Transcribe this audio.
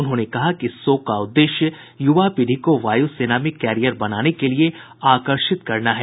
उन्होंने कहा कि इस शो का उद्देश्य युवा पीढ़ी को वायु सेना में कैरियर बनाने के लिए आकर्षित करना है